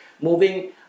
moving